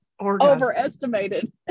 overestimated